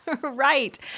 Right